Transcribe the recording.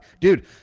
Dude